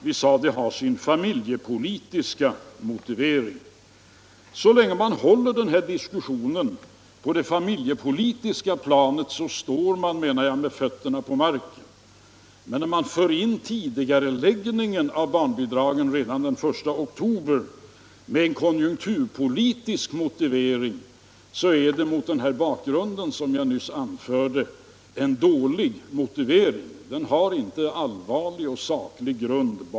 Vi sade att det har sin familjepolitiska motivering. Så länge man håller den här diskussionen på det familjepolitiska planet står man, menar jag, med fötterna på marken, men när man föreslår en tidigareläggning av barnbidragshöjningen till den 1 oktober 1975 med konjunkturpolitisk motivéring är det — mot den bakgrund jag nyss anförde — en dålig motivering. Den har ingen allvarlig och saklig grund.